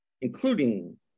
including